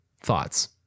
Thoughts